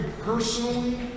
personally